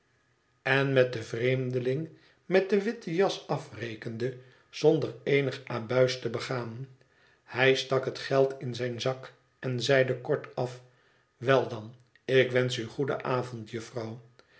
en met den vreemdeling met de witte jas afrekende zonder eenig abuis te begaan hij stak het geld in zijn zak en zeide kortaf wel dan ik wensch u goeden avond